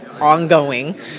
ongoing